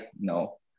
no